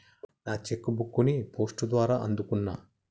నా cheque book ని post ద్వారా అందుకున్నా